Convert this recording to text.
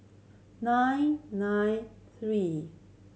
nine nine three